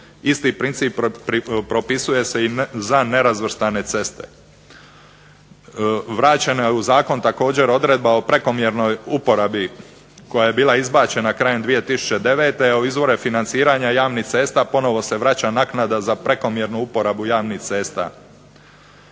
Isti princip propisuje se i za nerazvrstane ceste. Vraćena je u zakon također odredba o prekomjernoj uporabi koja je bila izbačena krajem 2009., a u izvore financiranja javnih cesta ponovno se vraća naknada za prekomjernu uporabu javnih cesta.